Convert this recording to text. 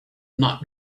not